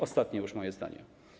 Ostatnie już moje zdanie.